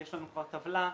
ויש לנו כבר טבלה,